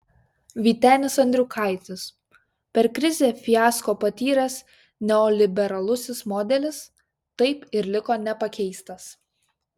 vytenis andriukaitis per krizę fiasko patyręs neoliberalusis modelis taip ir liko nepakeistas